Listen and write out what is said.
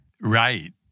Right